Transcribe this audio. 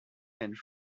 and